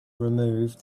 remove